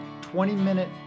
20-minute